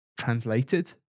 translated